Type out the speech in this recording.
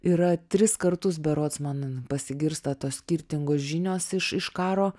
yra tris kartus berods man pasigirsta tos skirtingos žinios iš iš karo